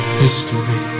history